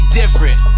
different